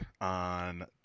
on